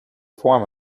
form